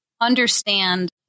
understand